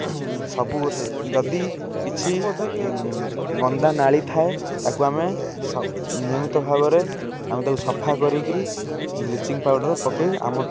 ସବୁ ଯଦି କିଛି ଗନ୍ଦା ନାଳି ଥାଏ ତାକୁ ଆମେ ନିୟମିତ ଭାବରେ ଆମେ ତାକୁ ସଫା କରିକିରି ବ୍ଲିଚିଂ ପାଉଡ଼ର ପକାଇ ଆମ